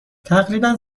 تقریبا